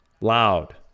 Loud